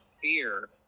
fear